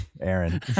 Aaron